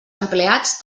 empleats